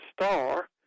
star